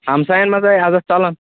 ہَمسایَن مَنٛزَے عزَت ژَلان